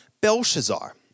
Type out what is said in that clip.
Belshazzar